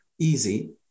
easy